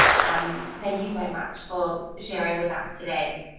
um thank you so much for sharing with us today.